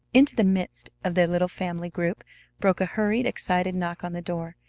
into the midst of their little family group broke a hurried, excited knock on the door,